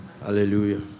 Hallelujah